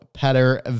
Peter